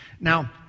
now